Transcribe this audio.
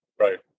right